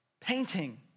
painting